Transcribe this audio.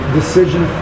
decision